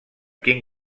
quin